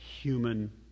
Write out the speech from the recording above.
human